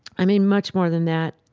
i mean, much more than that,